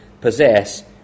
possess